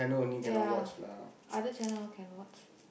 ya other channel all can watch